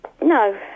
no